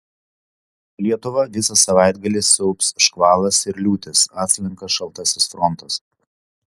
lietuvą visą savaitgalį siaubs škvalas ir liūtys atslenka šaltasis frontas